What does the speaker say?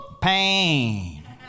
pain